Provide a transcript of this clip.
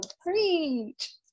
preach